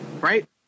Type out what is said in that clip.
right